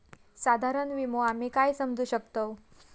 साधारण विमो आम्ही काय समजू शकतव?